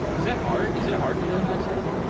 was that hard? is it hard to learn that stuff?